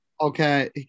Okay